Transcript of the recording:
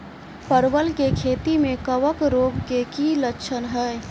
परवल केँ खेती मे कवक रोग केँ की लक्षण हाय?